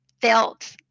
felt